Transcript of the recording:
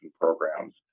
programs